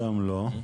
גם לא.